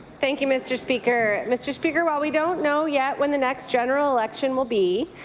thank you, mr. speaker. mr. speaker, while we don't know yet when the next general election will be,